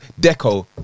deco